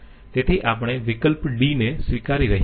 તેથી આપણે વિકલ્પ d ને સ્વીકારી રહ્યા નથી